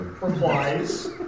...replies